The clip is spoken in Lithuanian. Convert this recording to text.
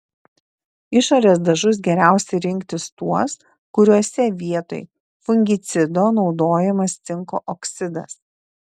išorės dažus geriausia rinktis tuos kuriuose vietoj fungicido naudojamas cinko oksidas